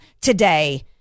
today